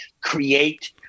create